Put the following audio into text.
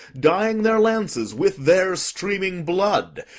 dying their lances with their streaming blood,